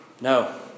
No